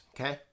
okay